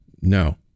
No